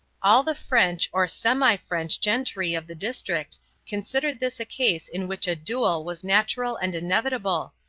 all the french or semi-french gentry of the district considered this a case in which a duel was natural and inevitable,